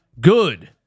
good